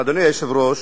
אדוני היושב-ראש,